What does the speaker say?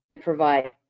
provide